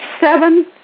seven